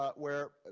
ah where.